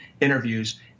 interviews